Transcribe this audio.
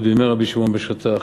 "עוד בימי רבי שמעון בן שטח,